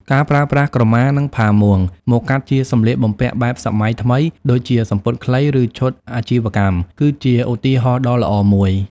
ការប្រើប្រាស់ ក្រមា និងផាមួង មកកាត់ជាសម្លៀកបំពាក់បែបសម័យថ្មីដូចជាសំពត់ខ្លី ឬឈុតអាជីវកម្ម គឺជាឧទាហរណ៍ដ៏ល្អមួយ។